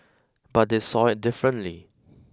but they saw it differently